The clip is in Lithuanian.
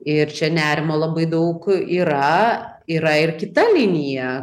ir čia nerimo labai daug yra yra ir kita linija